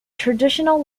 traditional